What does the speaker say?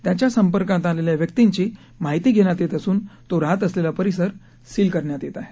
त्याच्या संपर्कात आलेल्या व्यक्तींची माहिती घेण्यात येत असून तो राहत असलेला परिसर सील करण्यात येत आहे